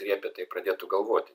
ir jie apie tai pradėtų galvoti